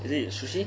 is it sushi